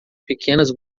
pequenas